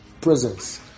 presence